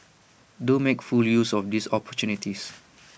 do make full use of these opportunities